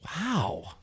Wow